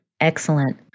Excellent